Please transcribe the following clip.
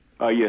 Yes